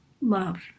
love